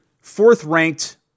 fourth-ranked